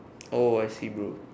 oh I see bro